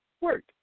work